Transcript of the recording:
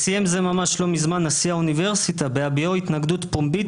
סיים לא מזמן נשיא האוניברסיטה בהביעו התנגדות פומבית